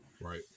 right